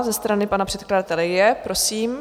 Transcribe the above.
Ze strany pana předkladatele je, prosím.